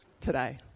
today